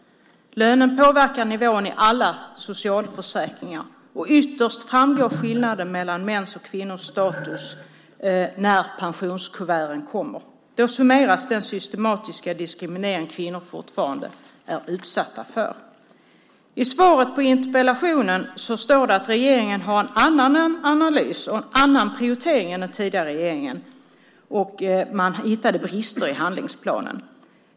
Lönen påverkar nivån i alla socialförsäkringar. Ytterst framgår skillnaden mellan mäns och kvinnors status när pensionskuverten kommer. Då summeras den systematiska diskriminering kvinnor fortfarande är utsatta för. I svaret på interpellationen står att regeringen har en annan analys och en annan prioritering än den tidigare regeringen, och man hittade brister i handlingsplanen.